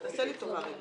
אז תעשה לי טובה.